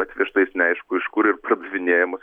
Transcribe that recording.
atvežtais neaišku iš kur ir pardavinėjamas